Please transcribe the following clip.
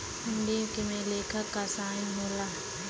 हुंडी में लेखक क साइन होला